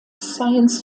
science